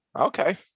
Okay